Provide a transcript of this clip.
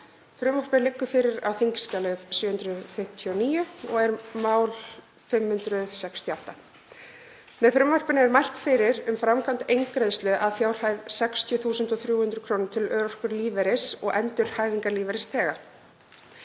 Frumvarpið liggur fyrir á þingskjali 759, og er mál 568. Með frumvarpinu er mælt fyrir um framkvæmd eingreiðslu að fjárhæð 60.300 kr. til örorkulífeyris- og endurhæfingarlífeyrisþega,